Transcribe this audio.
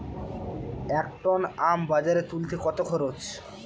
এক টন আম বাজারে তুলতে কত খরচ?